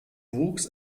wuchs